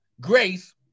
Grace